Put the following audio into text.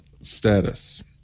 status